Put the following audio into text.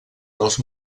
dels